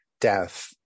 death